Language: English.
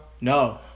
No